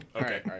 okay